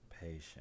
Patience